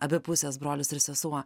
abi pusės brolis ir sesuo